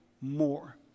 more